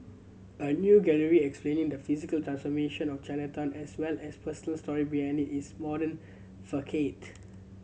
a new gallery explaining the physical transformation of Chinatown as well as personal story behind its modern facade